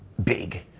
big,